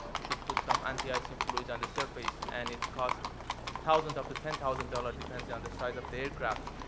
you should put some anti-icing fluids on the surface and it costs thousands up to ten thousand dollars depends on the size of the aircraft.